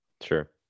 Sure